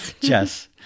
Yes